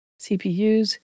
CPUs